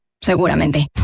seguramente